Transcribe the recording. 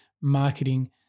marketing